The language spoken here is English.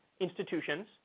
institutions